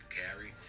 carry